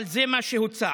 אבל זה מה שהוצע.